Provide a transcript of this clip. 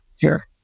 Sure